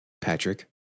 Patrick